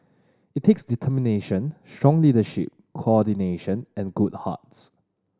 it takes determination strong leadership coordination and good hearts